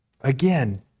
Again